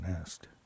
asked